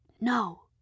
No